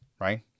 Right